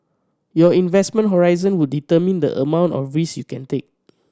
your investment horizon would determine the amount of risk you can take